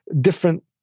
different